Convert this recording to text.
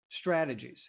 strategies